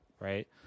Right